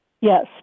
Yes